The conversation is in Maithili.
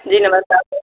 नमस्कार सर